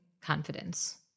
confidence